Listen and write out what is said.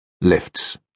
Lifts